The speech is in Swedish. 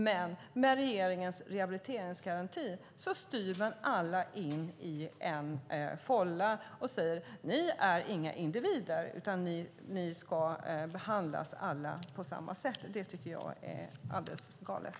Men med regeringens rehabiliteringsgaranti styr man in alla i en enda fålla och säger: Ni är inga individer utan ska alla behandlas på samma sätt. Det tycker jag är alldeles galet.